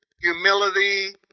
humility